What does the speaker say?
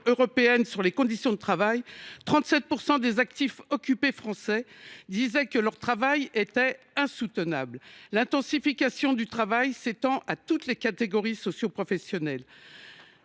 sur les conditions de travail, 37 % des actifs occupés en France déclaraient que leur travail était « insoutenable ». L’intensification du travail s’étend à toutes les catégories socioprofessionnelles.